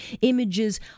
images